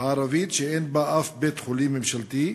הערבית שאין בה אף בית-חולים ממשלתי,